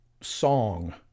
song